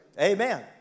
Amen